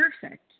perfect